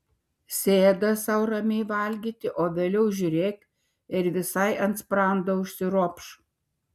sėda sau ramiai valgyti o vėliau žiūrėk ir visai ant sprando užsiropš